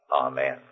Amen